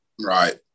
Right